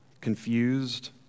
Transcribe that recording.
confused